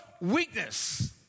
weakness